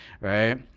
right